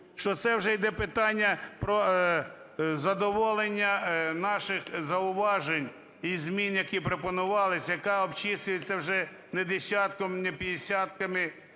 що це вже йде питання про задоволення наших зауважень і змін, які пропонувалися, яка обчислюється вже не десятком і не п'яти десятками,